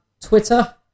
Twitter